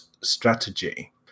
strategy